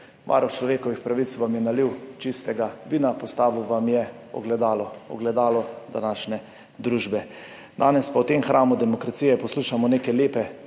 Varuh človekovih pravic vam je nalil čistega vina, postavil vam je ogledalo, ogledalo današnje družbe. Danes pa v tem hramu demokracije poslušamo neke lepe